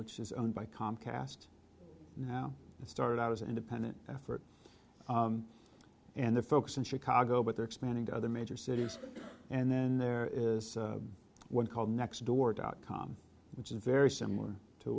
which is owned by comcast now it started out as an independent effort and the folks in chicago but they're expanding to other major cities and then there is one called next door dot com which is very similar to